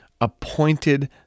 appointed